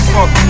Fuck